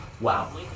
Wow